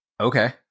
Okay